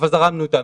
ילדים בכיתה ז',